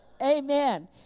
Amen